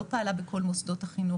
לא פעלה בכל מוסדות החינוך.